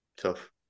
tough